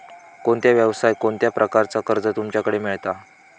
कोणत्या यवसाय कोणत्या प्रकारचा कर्ज तुमच्याकडे मेलता?